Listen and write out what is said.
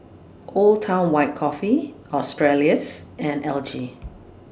Old Town White Coffee Australis and L G